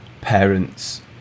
parents